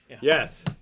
Yes